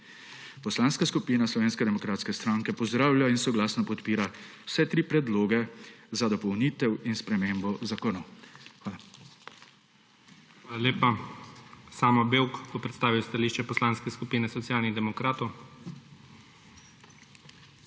Poslanska skupina Slovenske demokratske stranke pozdravlja in soglasno podpira vse tri predloge za dopolnitev in spremembo zakonov. Hvala. **PREDSEDNIK IGOR ZORČIČ:** Hvala lepa. Samo Bevk bo predstavil stališče Poslanske skupine Socialnih demokratov.